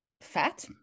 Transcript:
fat